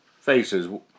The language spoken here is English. Faces